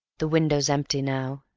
the window's empty now,